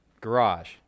garage